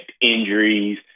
injuries